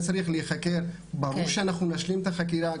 צריך לחקור ברור שאנחנו נשלים את החקירה.